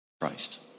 Christ